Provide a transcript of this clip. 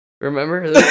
Remember